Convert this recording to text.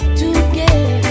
together